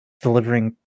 delivering